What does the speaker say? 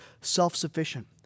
self-sufficient